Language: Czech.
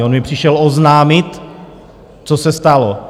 On mi přišel oznámit, co se stalo.